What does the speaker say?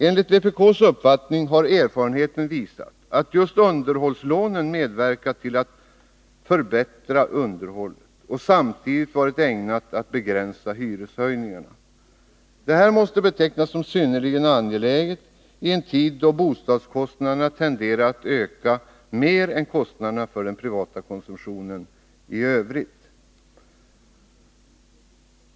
Enligt vpk:s uppfattning har erfarenheten visat att underhållslånen medverkat till en förbättring av underhållet samtidigt som de varit ägnade att begränsa hyreshöjningarna. Detta måste betecknas som synnerligen angeläget i en tid då bostadskostnaderna tenderar att öka mer än kostnaderna för den privata konsumtionen i övrigt.